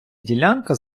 ділянка